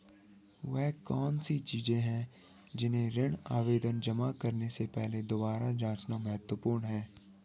वे कौन सी चीजें हैं जिन्हें ऋण आवेदन जमा करने से पहले दोबारा जांचना महत्वपूर्ण है?